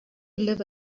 live